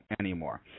anymore